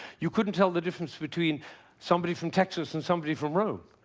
you couldn't tell the difference between somebody from texas and somebody from rome.